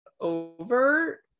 over